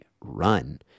run